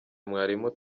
mwarimu